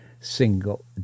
single